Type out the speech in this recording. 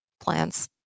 plants